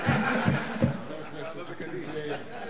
אני